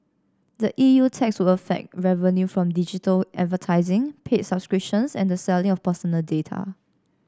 the E U tax would affect revenue from digital advertising paid subscriptions and the selling of personal data